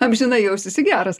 amžinai jausiesi geras